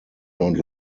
not